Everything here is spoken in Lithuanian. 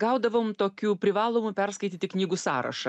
gaudavom tokių privalomų perskaityti knygų sąrašą